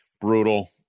brutal